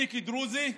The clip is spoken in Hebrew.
אני, כדרוזי,